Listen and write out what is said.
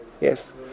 Yes